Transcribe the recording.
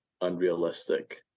unrealistic